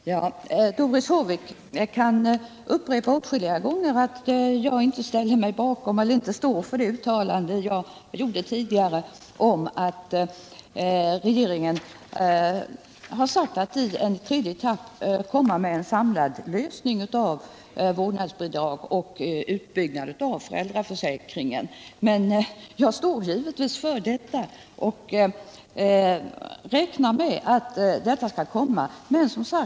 Herr talman! Doris Håvik kan upprepa åtskilliga gånger att jag inte står för mitt tidigare uttalande om att regeringen har för avsikt att i en tredje etapp lägga fram förslag till en samlad lösning av vårdnadsbidrag och utbyggnad av föräldraförsäkringen, men jag står givetvis för det och räknar med att ett sådant förslag skall komma.